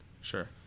Sure